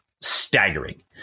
staggering